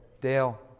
Dale